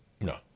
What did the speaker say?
No